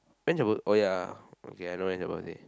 when's your oh ya okay I know when's your birthday